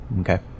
okay